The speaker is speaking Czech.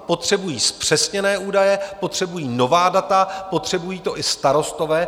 Potřebují zpřesněné údaje, potřebují nová data, potřebují to i starostové.